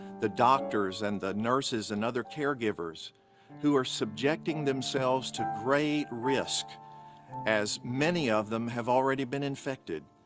the doctors and the nurses and other caregivers who are subjecting themselves to great risk as many of them have already been infected.